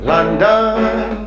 London